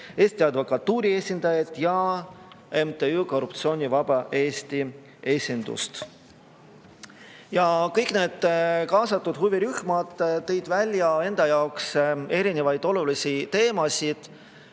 Eesti Advokatuuri esindajad ja MTÜ Korruptsioonivaba Eesti esinduse. Kõik need kaasatud huvirühmad tõid välja enda jaoks olulisi teemasid,